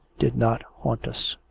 did not haunt us.